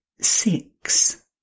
Six